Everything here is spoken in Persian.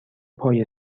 پای